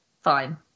fine